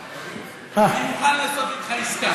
אני מוכן לעשות איתך עסקה.